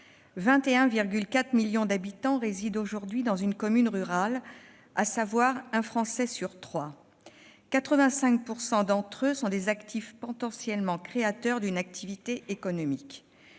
21,4 millions de personnes résident aujourd'hui dans une commune rurale, à savoir un Français sur trois ; 85 % de ces habitants sont des actifs potentiellement créateurs d'une activité économique